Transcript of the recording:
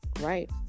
Right